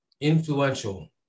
Influential